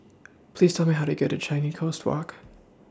Please Tell Me How to get to Changi Coast Walk